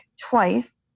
twice